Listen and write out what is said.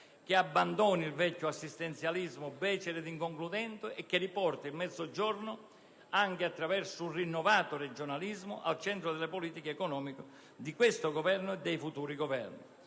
che abbandoni il vecchio assistenzialismo becero ed inconcludente e riporti il Mezzogiorno, anche attraverso un rinnovato regionalismo, al centro delle politiche economiche di questo e dei futuri Governi.